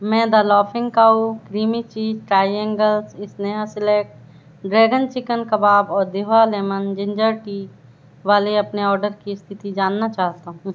मैं the laughing cow creamy cheese triangles स्नेहा select dragon chicken kebab और दिभा लेमन जिंजर टी वाले अपने ऑर्डर की स्थिति जानना चाहता हूँ